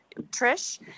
Trish